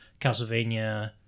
Castlevania